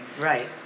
right